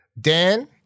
Dan